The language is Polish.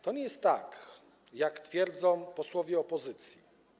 To nie jest tak, jak twierdzą posłowie opozycji.